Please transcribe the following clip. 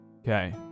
Okay